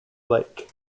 lake